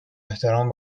احترام